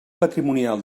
patrimonial